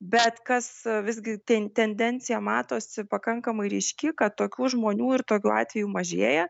bet kas visgi ten tendencija matosi pakankamai ryški kad tokių žmonių ir tokių atvejų mažėja